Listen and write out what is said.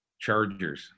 Chargers